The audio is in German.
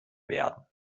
werden